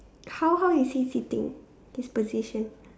how how is he sitting his position